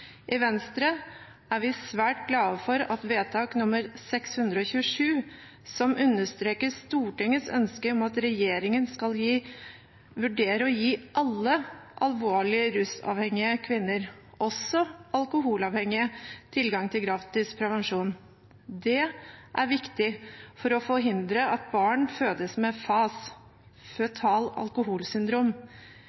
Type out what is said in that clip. I Venstre er vi svært glade for vedtak nr. 627, som understreker Stortingets ønske om at regjeringen skal vurdere å gi alle alvorlig rusavhengige kvinner, også alkoholavhengige, tilgang til gratis prevensjon. Det er viktig for å forhindre at barn fødes med FAS,